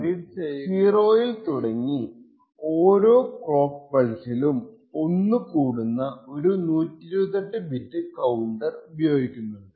എല്ലാ ഇന്റെൽ മെഷീനും 0 ൽ തുടങ്ങി ഓരോ ക്ലോക്ക് പൾസ്സിലും ഒന്നു കൂടുന്ന ഒരു 128 ബിറ്റ് കൌണ്ടർ ഉപയോഗിക്കുന്നുണ്ട്